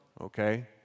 okay